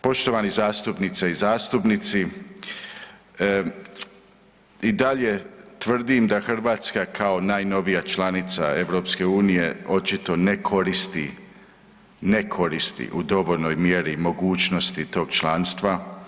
Poštovani zastupnice i zastupnici, i dalje tvrdim da Hrvatska kao najnovija članica EU očito ne koristi, ne koristi u dovoljnoj mjeri mogućnosti tog članstva.